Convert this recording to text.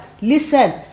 Listen